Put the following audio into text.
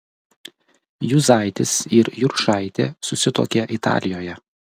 juzaitis ir juršaitė susituokė italijoje